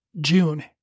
June